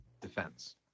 defense